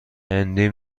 هندی